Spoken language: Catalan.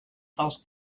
tals